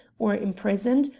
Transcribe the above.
or imprisoned,